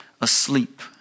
asleep